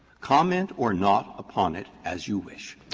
comment or not upon it as you wish.